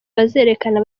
bazerekana